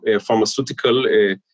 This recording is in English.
pharmaceutical